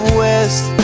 west